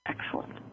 Excellent